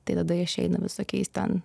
tai tada išeina visokiais ten